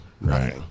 Right